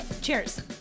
cheers